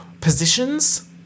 Positions